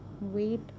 wait